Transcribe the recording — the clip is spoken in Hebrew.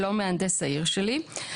שלום מהנדס העיר שלי.